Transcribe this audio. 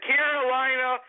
Carolina